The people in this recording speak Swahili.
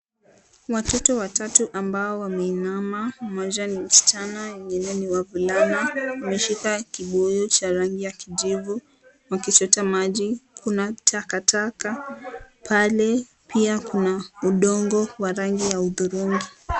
Watoto watatu ambao wameinama mmoja ni msichana wengine ni wavulana, wameshika kibuyu cha rangi ya kijivu wakichota maji. Kuna takataka pale pia kuna udongo wa rangi ya hudhurungi.